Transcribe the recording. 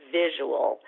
visual